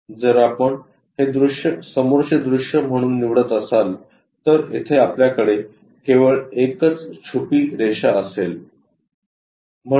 जर आपण हे दृश्य समोरचे दृश्य म्हणून निवडत असाल तर तेथे आपल्याकडे केवळ एकच छुपी रेषा असेल